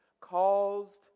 caused